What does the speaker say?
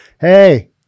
hey